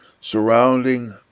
Surrounding